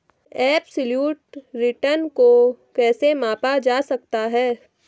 Absolute return को कैसे मापा जा सकता है?